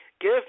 give